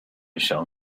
shall